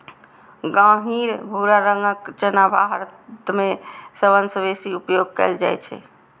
गहींर भूरा रंगक चना भारत मे सबसं बेसी उपयोग कैल जाइ छै